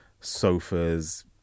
Sofas